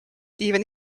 even